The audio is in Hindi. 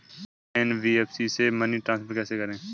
एन.बी.एफ.सी से मनी ट्रांसफर कैसे करें?